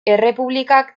errepublikak